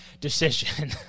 decision